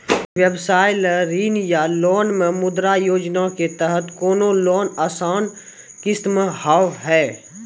व्यवसाय ला ऋण या लोन मे मुद्रा योजना के तहत कोनो लोन आसान किस्त मे हाव हाय?